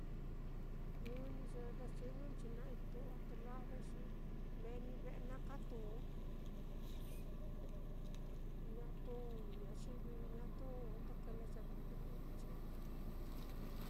Ɨ́ɨ́n ní ye vecinonchi naá ituu á, te lavai xi meeni ve'e katu, ñatu ñayivi, ñatu undu kile llevar jna'a i'inchi.